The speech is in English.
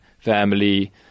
family